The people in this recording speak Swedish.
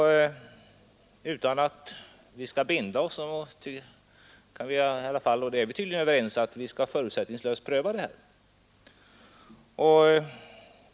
Det borde därför finnas förutsättningar — och det är vi tydligen också ense om — för en förutsättningslös prövning av frågan.